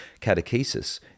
catechesis